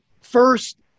first